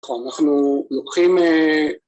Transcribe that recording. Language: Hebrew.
נכון, אנחנו לוקחים...